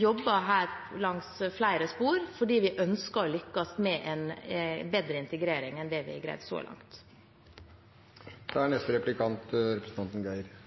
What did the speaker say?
jobber her langs flere spor fordi vi ønsker å lykkes med å få til en bedre integrering enn det vi har greid så